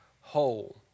whole